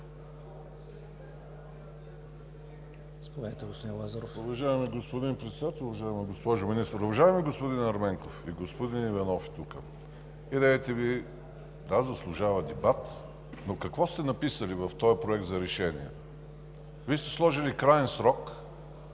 Вие сте сложили краен срок